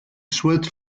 souhaite